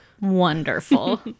wonderful